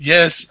Yes